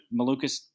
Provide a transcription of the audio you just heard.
Malukas